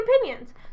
opinions